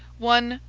one,